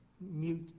mute